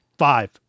Five